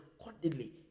accordingly